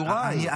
יוראי.